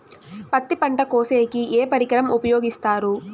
పత్తి పంట కోసేకి ఏ పరికరం ఉపయోగిస్తారు?